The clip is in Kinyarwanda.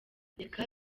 reka